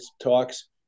talks